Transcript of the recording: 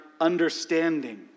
understanding